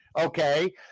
okay